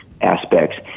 aspects